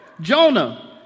Jonah